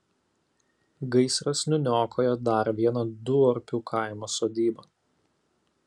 gaisras nuniokojo dar vieną duorpių kaimo sodybą